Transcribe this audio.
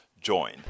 join